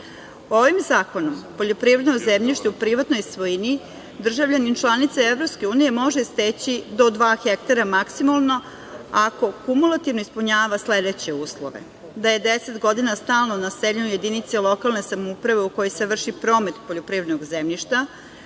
Ovim zakonom poljoprivredno zemljište u privatnoj svojini državljanin članice EU može steći do dva hektara maksimalno ako kumulativno ispunjava sledeće uslove – da je deset godina stalno naseljeno na jedinici lokalne samouprave u kojoj se vrši promet poljoprivrednog zemljišta,